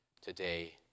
today